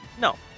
No